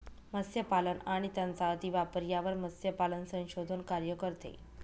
मत्स्यपालन आणि त्यांचा अतिवापर यावर मत्स्यपालन संशोधन कार्य करते